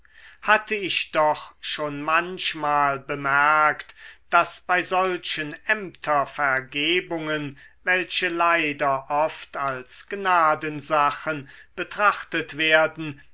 hatte ich doch schon manchmal bemerkt daß bei solchen ämtervergebungen welche leider oft als gnadensachen betrachtet werden